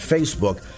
Facebook